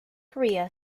korea